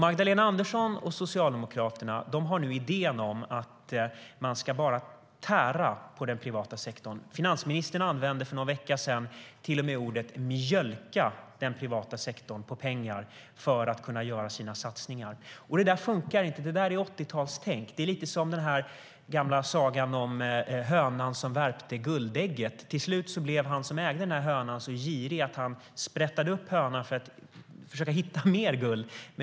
Magdalena Andersson och Socialdemokraterna har nu idén att man bara ska tära på den privata sektorn. Finansministern talade för någon vecka sedan till och med om att "mjölka" den privata sektorn på pengar för att göra satsningar. Det funkar inte. Det är 1980-talstänk. Det är lite som den gamla sagan om hönan som värpte guldägg. Till slut blev den som ägde hönan så girig att han sprättade upp hönan för att hitta mer guld.